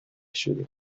شدیم